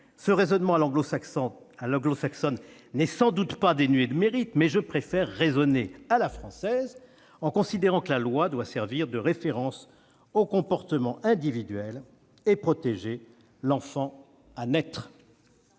Ce raisonnement à l'anglo-saxonne n'est sans doute pas dénué de mérite, mais je préfère raisonner à la française, en considérant que la loi doit servir de référence aux comportements individuels et protéger l'enfant à naître.